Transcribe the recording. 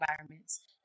environments